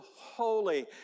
holy